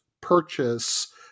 purchase